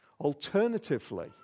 Alternatively